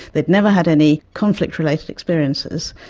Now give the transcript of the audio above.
they had never had any conflict related experiences,